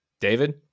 David